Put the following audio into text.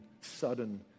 sudden